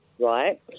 right